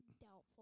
doubtful